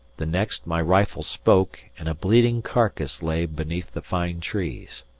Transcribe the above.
the next my rifle spoke and a bleeding carcase lay beneath the fine trees.